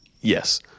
Yes